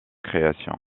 création